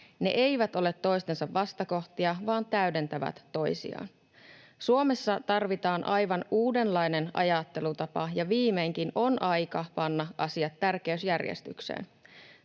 Ne eivät ole toistensa vastakohtia, vaan täydentävät toisiaan. Suomessa tarvitaan aivan uudenlainen ajattelutapa, ja viimeinkin on aika panna asiat tärkeysjärjestykseen.